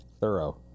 Thorough